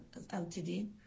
LTD